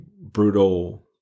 brutal